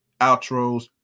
outros